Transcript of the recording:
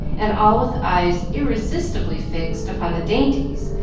and all with eyes irresistibly fixed upon the dainties,